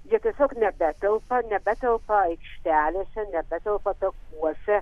jie tiesiog nebetelpa nebetelpa aikštelėse nebetelpa takuose